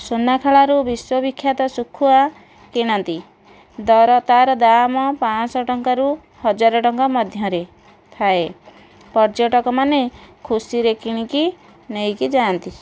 ସୁନାଖଳାରୁ ବିଶ୍ଵବିଖ୍ୟାତ ଶୁଖୁଆ କିଣନ୍ତି ଦର ତାର ଦାମ ପାଞ୍ଚଶହ ଟଙ୍କାରୁ ହଜାର ଟଙ୍କା ମଧ୍ୟରେ ଥାଏ ପର୍ଯ୍ୟଟକ ମାନେ ଖୁସିରେ କିଣିକି ନେଇକି ଯାଆନ୍ତି